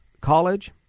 college